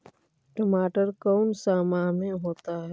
टमाटर कौन सा माह में होता है?